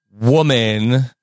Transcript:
woman